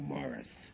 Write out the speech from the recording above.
Morris